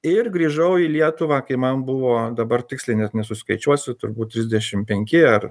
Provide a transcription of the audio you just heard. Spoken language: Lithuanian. ir grįžau į lietuvą kai man buvo dabar tiksliai net nesuskaičiuosiu turbūt trisdešimt penki ar